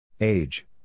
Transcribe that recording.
Age